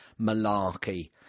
malarkey